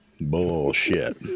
Bullshit